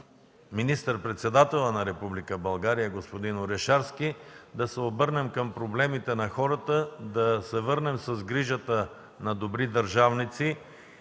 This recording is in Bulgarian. министър-председателя на Република България господин Орешарски – да се обърнем към проблемите на хората, да се върнем с грижата на добри държавници